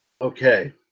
Okay